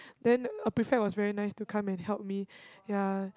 then a prefect was very nice to come and help me ya